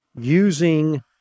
Using